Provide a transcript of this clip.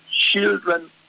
children